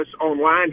online